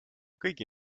kõigi